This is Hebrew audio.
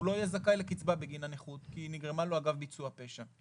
הוא לא יהיה זכאי לקצבה בגין הנכות כי היא נגרמה לו אגב ביצוע פשע.